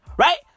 Right